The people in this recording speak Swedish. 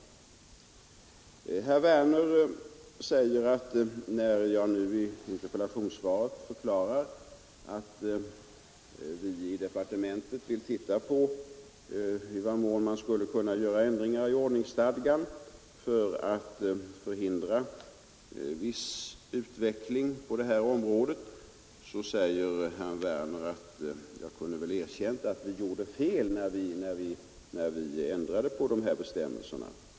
Sedan sade herr Werner i Malmö, att när jag i mitt interpellationssvar förklarar att vi i departementet skall undersöka i vad mån vi kan vidta ändringar i ordningsstadgan för att hindra en utveckling i viss riktning, så kunde jag väl också ha erkänt att vi gjorde fel när vi ändrade ifrågavarande bestämmelser.